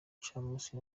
gicamunsi